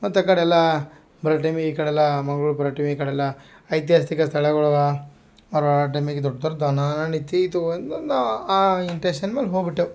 ಮತ್ತು ಆ ಕಡೆ ಎಲ್ಲ ಬರೋ ಟೈಮಿ ಈ ಕಡೆ ಎಲ್ಲ ಮಂಗ್ಳೂರು ಕಡೆ ಟೈಮಿ ಈ ಕಡೆಯೆಲ್ಲ ಐತಿಹಾಸಿಕ ಸ್ಥಳಗಳ್ ಅವಾ ಬರೋ ಟೈಮಿಗೆ ಇದು ದೊಡ್ಡ ದೊಡ್ಡ ಇಂಟೆಂಷನ್ ಮೇಲೆ ಹೋಗಿ ಬಿಟ್ಟೇವು